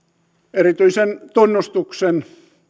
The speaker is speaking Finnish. erityisen tunnustuksen